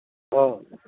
हँ